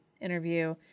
interview